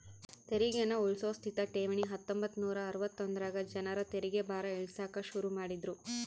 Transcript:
ತೆರಿಗೇನ ಉಳ್ಸೋ ಸ್ಥಿತ ಠೇವಣಿ ಹತ್ತೊಂಬತ್ ನೂರಾ ಅರವತ್ತೊಂದರಾಗ ಜನರ ತೆರಿಗೆ ಭಾರ ಇಳಿಸಾಕ ಶುರು ಮಾಡಿದ್ರು